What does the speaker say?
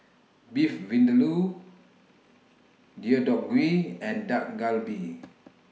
Beef Vindaloo Deodeok Gui and Dak Galbi